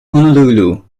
honolulu